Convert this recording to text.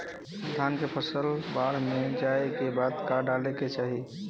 धान के फ़सल मे बाढ़ जाऐं के बाद का डाले के चाही?